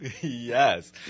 Yes